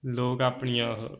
ਲੋਕ ਆਪਣੀਆਂ